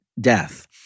death